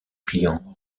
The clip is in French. client